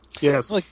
Yes